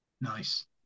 Nice